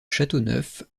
châteauneuf